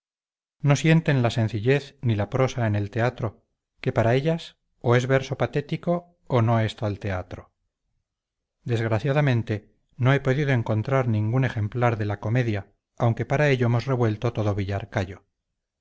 no sienten la sencillez ni la prosa en el teatro que para ellas o es verso patético o no es tal teatro desgraciadamente no he podido encontrar ningún ejemplar de la comedia aunque para ello hemos revuelto todo